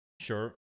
Sure